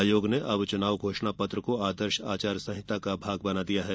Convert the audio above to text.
आयोग ने अब चुनाव घोषणा पत्र को आदर्श आचार संहिता का भाग बना दिया है